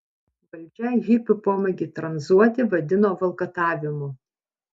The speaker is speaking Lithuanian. valdžia hipių pomėgį tranzuoti vadino valkatavimu